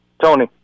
Tony